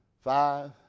five